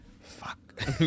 Fuck